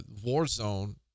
Warzone